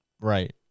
Right